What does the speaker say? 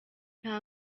nta